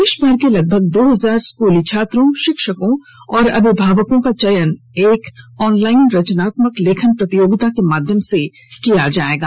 देश भर के लगभग दो हजार स्कूली छात्रों शिक्षकों और अभिभावकों का चयन एक ऑनलाइन रचनात्मक लेखन प्रतियोगिता के माध्यम से किया जायेगा